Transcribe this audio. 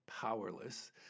powerless